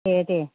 ए दे